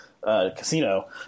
casino